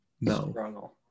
no